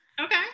okay